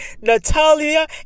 Natalia